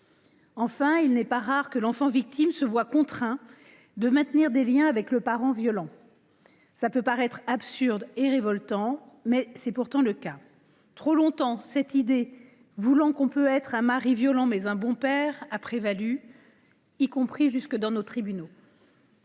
plus, il n’est pas rare que l’enfant victime soit contraint de maintenir des liens avec le parent violent : cela peut paraître absurde et révoltant, mais c’est pourtant le cas. Trop longtemps, l’idée selon laquelle on peut être un mari violent, mais un bon père, a prévalu, jusque dans nos tribunaux.